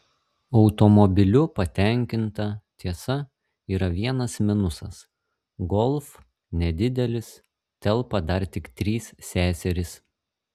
automobiliu patenkinta tiesa yra vienas minusas golf nedidelis telpa dar tik trys seserys